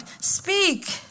speak